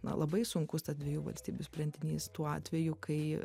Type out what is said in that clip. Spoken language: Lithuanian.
na labai sunkus tas dviejų valstybių sprendinys tuo atveju kai